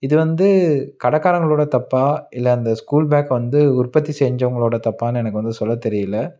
இது வந்து கடைக்காரங்களோட தப்பா இல்லை அந்த ஸ்கூல் பேக் வந்து உற்பத்தி செஞ்சவங்களோட தப்பான்னு எனக்கு வந்து சொல்லத்தெரியல